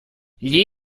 gli